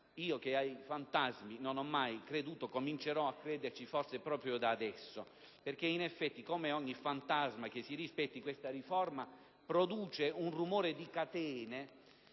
io, che ai fantasmi non ho mai creduto, comincerò a crederci forse proprio da adesso perché in effetti, come ogni fantasma che si rispetti, questa riforma produce un rumore di catene,